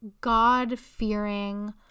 God-fearing